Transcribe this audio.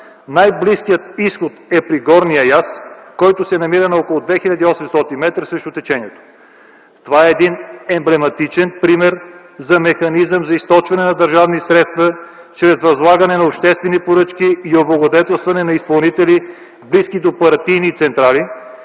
най-близкият изход е при горния яз, който се намира на около 2800 метра срещу течението. Това е един емблематичен пример за механизъм за източване на държавни средства чрез възлагане на обществени поръчки и облагодетелстване на изпълнители, близки до партийни централи.